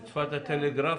שפת הטלגרף.